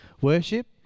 worship